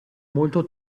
molto